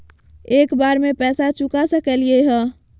एक बार में पैसा चुका सकालिए है?